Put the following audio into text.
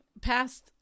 past